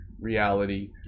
reality